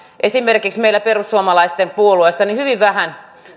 esimerkiksi meidän perussuomalaisten puolueessa hyvin vähän